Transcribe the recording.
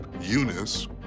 Eunice